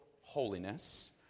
holiness